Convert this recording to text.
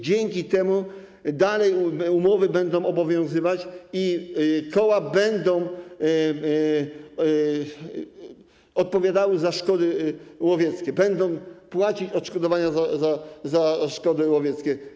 Dzięki temu umowy będą dalej obowiązywać i koła będą odpowiadały za szkody łowieckie, będą płacić odszkodowania za szkody łowieckie.